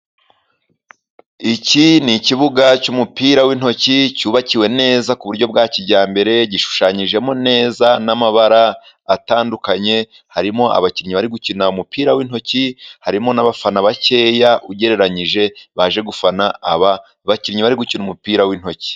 Iki ni ikibuga cy'umupira w'intoki cyubakiwe neza ku buryo bwa kijyambere, gishushanyijemo neza n'amabara atandukanye, harimo abakinnyi bari gukina umupira w'intoki, harimo n'abafana bakeya ugereranyije, baje gufana aba bakinnyi bari gukina umupira w'intoki.